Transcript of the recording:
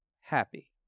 happy